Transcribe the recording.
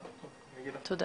תודה.